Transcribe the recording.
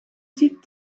sit